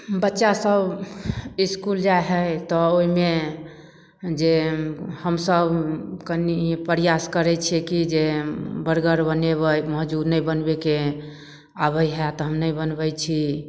बच्चा सभ इसकुल जाइ हइ तऽ ओइमे जे हमसभ कनि प्रयास करय छियै कि जे बर्गर बनेबय के मौजू नहि बनबयके आबय हइ तऽ हम नहि बनबय छी